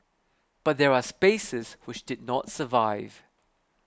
but there are spaces which did not survive